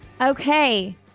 Okay